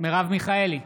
מרב מיכאלי,